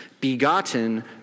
begotten